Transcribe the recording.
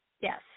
Yes